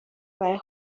برای